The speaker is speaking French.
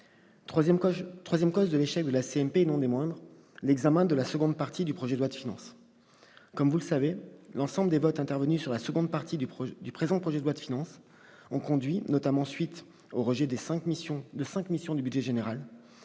Troisième cause de l'échec des CMP, et non des moindres : l'examen de la seconde partie de projet de loi de finances. Comme vous le savez, l'ensemble des votes intervenus sur la seconde partie du projet de loi de finances a conduit, à la suite notamment du rejet des crédits de cinq missions du budget général,